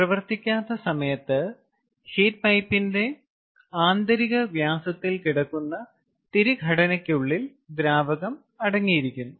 പ്രവർത്തിക്കാത്ത സമയത്ത് ഹീറ്റ് പൈപ്പിന്റെ ആന്തരിക വ്യാസത്തിൽ കിടക്കുന്ന തിരിഘടനയ്ക്കുള്ളിൽ ദ്രാവകം അടങ്ങിയിരിക്കുന്നു